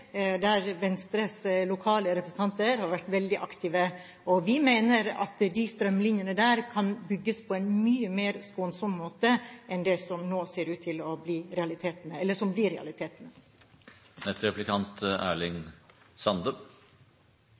der Venstres lokale representanter har vært veldig aktive. Vi mener at strømlinjene der kan bygges på en mye mer skånsom måte enn det som blir realiteten. Venstre sin motstand mot kraftmaster er jo ikkje det einaste. I tillegg til å